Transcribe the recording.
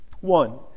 One